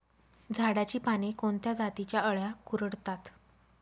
झाडाची पाने कोणत्या जातीच्या अळ्या कुरडतात?